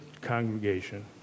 congregation